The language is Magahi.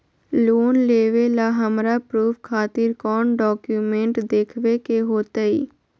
लोन लेबे ला हमरा प्रूफ खातिर कौन डॉक्यूमेंट देखबे के होतई?